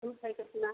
धूप है कितना